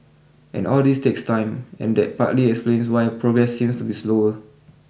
and all this takes time and that partly explains why progress seems to be slower